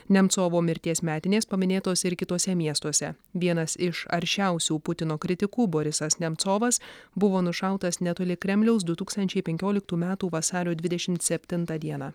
nemcovo mirties metinės paminėtos ir kituose miestuose vienas iš aršiausių putino kritikų borisas nemcovas buvo nušautas netoli kremliaus du tūkstančiai penkioliktų metų vasario dvidešimt septintą dieną